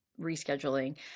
rescheduling